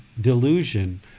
delusion